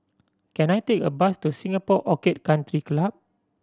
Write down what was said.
can I take a bus to Singapore Orchid Country Club